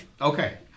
okay